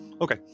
Okay